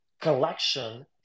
collection